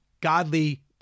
godly